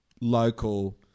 local